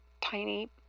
tiny